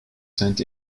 sent